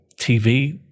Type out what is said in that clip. TV